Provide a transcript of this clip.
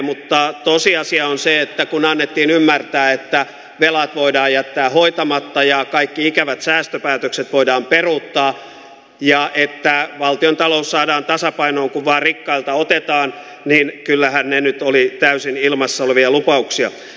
mutta tosiasia on se että kun annettiin ymmärtää että velat voidaan jättää hoitamatta ja kaikki ikävät säästöpäätökset voidaan peruuttaa ja että valtiontalous saadaan tasapainoon kun vain rikkailta otetaan niin kyllähän ne nyt olivat täysin ilmassa olevia lupauksia